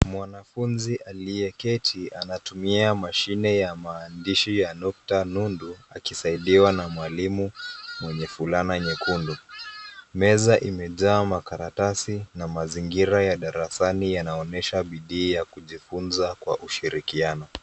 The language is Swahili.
Mwanafunzi aliyeketi anatumia mashine ya maandishi ya nukta nundu, akisaidiwa na mwalimu mwenye fulana nyekundu. Meza imejaa makaratasi, na mazingira ya darasani yanaonyesha bidii ya kujifunza kwa ushirikiano.